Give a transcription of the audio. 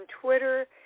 Twitter